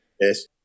Yes